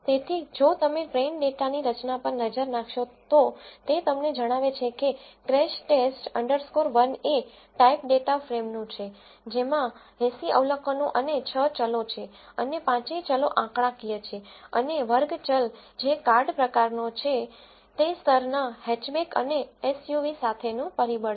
તેથી જો તમે ટ્રેઇન ડેટાની રચના પર નજર નાખશો તો તે તમને જણાવે છે કે ક્રેશ ટેસ્ટ અન્ડરસ્કોર 1crashTest 1 એ ટાઇપ ડેટા ફ્રેમનું છે જેમાં 8૦ અવલોકનો અને 6 ચલો છે અને પાંચેય ચલો આંકડાકીય છે અને વર્ગ ચલ જે કાર્ડ પ્રકારનો છે તે સ્તરના હેચબેક અને એસયુવી સાથેનું પરિબળ છે